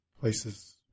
places